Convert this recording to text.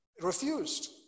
refused